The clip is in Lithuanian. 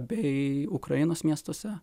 bei ukrainos miestuose